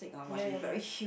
ya ya yes